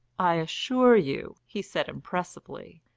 i assure you, he said impressively,